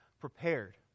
prepared